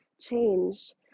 changed